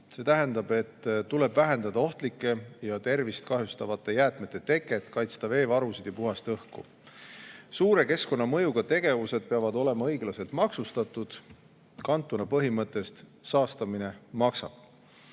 See tähendab, et tuleb vähendada ohtlike ja tervist kahjustavate jäätmete teket, kaitsta veevarusid ja puhast õhku. Suure keskkonnamõjuga tegevused peavad olema õiglaselt maksustatud, kantuna põhimõttest "saastamine maksab".